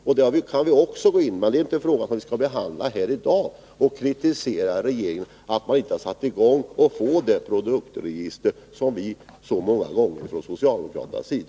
Där kan man också gripa in. Men den frågan skall vi inte behandla här i dag genom att kritisera regeringen för att man inte arbetat för att få fram det produktregister som vi så många gånger har krävt från socialdemokraternas sida.